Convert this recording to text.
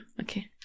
Okay